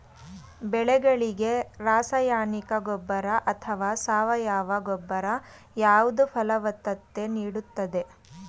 ಬೆಳೆಗಳಿಗೆ ರಾಸಾಯನಿಕ ಗೊಬ್ಬರ ಅಥವಾ ಸಾವಯವ ಗೊಬ್ಬರ ಯಾವುದು ಫಲವತ್ತತೆ ನೀಡುತ್ತದೆ?